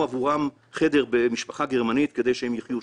עבורם חדר ממשפחה גרמנית על מנת שישהו שם.